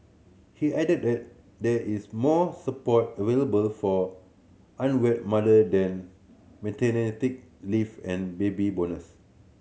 he added that there is more support available for unwed mother than maternity leave and baby bonuse